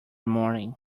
morning